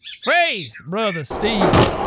faith, brother steven!